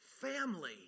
family